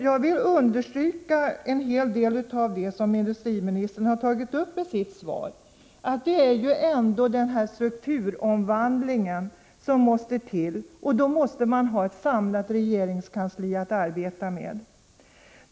Jag vill understryka en hel del av det som industriministern nämnde i sitt svar, bl.a. att strukturomvandlingen är nödvändig och att regeringskansliet därför samlat måste arbeta med dessa frågor.